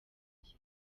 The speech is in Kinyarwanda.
njye